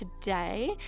today